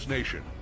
Nation